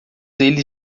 eles